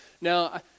Now